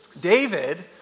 David